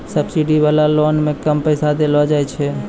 subsidy वाला loan मे कम पैसा देलो जाय छै